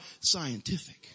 scientific